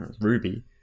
Ruby